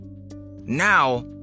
Now